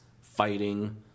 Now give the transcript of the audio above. fighting